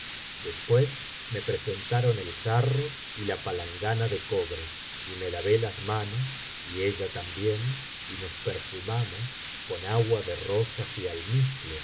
después me presentaron el jarro y la palangana de cobre y me lavé las manos y ella también y nos perfumamos con agua de rosas y almizcle